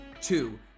two